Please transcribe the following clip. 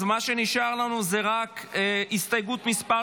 מה שנשאר לנו זה רק הסתייגות מס'